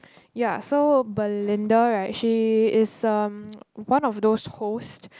ya so Berlinda right she is um one of those host